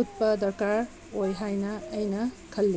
ꯎꯠꯄ ꯗꯔꯀꯥꯔ ꯑꯣꯏ ꯍꯥꯏꯅ ꯑꯩꯅ ꯈꯜꯂꯤ